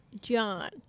John